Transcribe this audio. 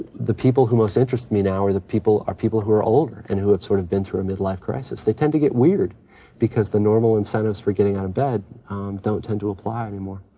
the people who most interest me now are the people, are people who are older and who have sort of been through a mid-life crisis. they tend to get weird because the normal incentives for getting out of bed don't tend to apply anymore.